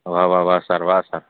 વાહ વાહ વાહ સર વાહ સર